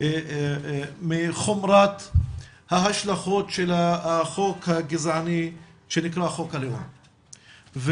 מחומרת ההשלכות של החוק הגזעני שנקרא חוק הלאום,